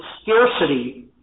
scarcity